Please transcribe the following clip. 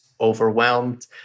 overwhelmed